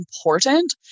important